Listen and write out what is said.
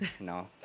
No